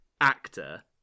actor